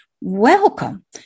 welcome